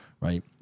right